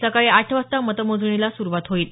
सकाळी आठ वाजता मतमोजणीला सुरुवात होईल